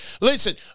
Listen